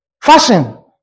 Fashion